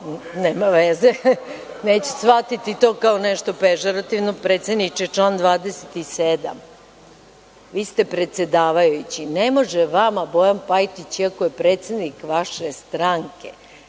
nema veze, neću shvatiti to kao nešto pežorativno. Predsedniče, član 27. Vi ste predsedavajući, ne može vama Bojan Pajtić, iako je predsednik vaše stranke,